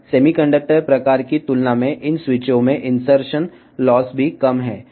semiconductor రకంతో పోలిస్తే ఈ స్విచ్లలో ఇన్సర్షన్ లాస్ కూడా తక్కువ